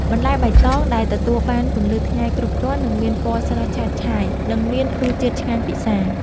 បន្លែបៃតងដែលទទួលបានពន្លឺថ្ងៃគ្រប់គ្រាន់នឹងមានពណ៌ស្រស់ឆើតឆាយ និងមានរសជាតិឆ្ងាញ់ពិសា។